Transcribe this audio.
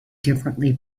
differently